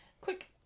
Quick